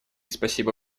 спасибо